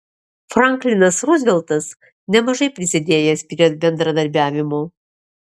franklinas ruzveltas nemažai prisidėjęs prie bendradarbiavimo